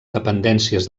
dependències